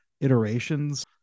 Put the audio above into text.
iterations